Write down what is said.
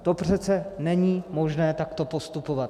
To přece není možné takto postupovat.